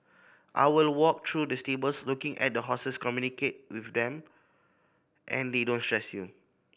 I will walk through the stables looking at the horses communicate with them and they don't stress you